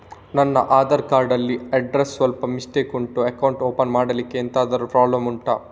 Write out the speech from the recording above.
ನನ್ನ ಆಧಾರ್ ಕಾರ್ಡ್ ಅಲ್ಲಿ ಅಡ್ರೆಸ್ ಸ್ವಲ್ಪ ಮಿಸ್ಟೇಕ್ ಉಂಟು ಅಕೌಂಟ್ ಓಪನ್ ಮಾಡ್ಲಿಕ್ಕೆ ಎಂತಾದ್ರು ಪ್ರಾಬ್ಲಮ್ ಉಂಟಾ